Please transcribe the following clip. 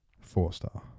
four-star